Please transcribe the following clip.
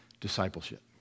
Discipleship